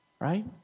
right